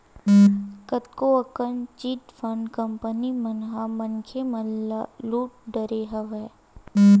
कतको अकन chit fund company मन ह मनखे मन ल लुट डरे हवय